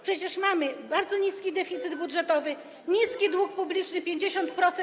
Przecież mamy bardzo niski deficyt budżetowy, niski dług publiczny - 50%.